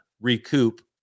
recoup